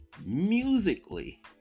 Musically